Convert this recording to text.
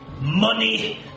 Money